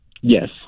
Yes